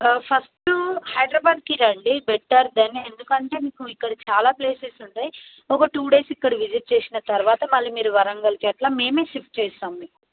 first హైదరాబాద్కి రండి better then ఎందుకంటే మీకు ఇక్కడ చాలా ప్లేసెస్ ఉంటాయి ఒక టు డేస్ ఇక్కడ విజిట్ చేసిన తర్వాత మళ్ళీ మీరు వరంగల్కి అట్ల మేమే షిఫ్ట్ చేస్తాం మీకు